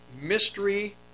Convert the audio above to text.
mystery